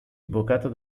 invocato